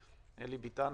אלי ביתן,